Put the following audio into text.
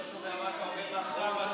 אני לא שומע מה אתה אומר מאחורי המסכה,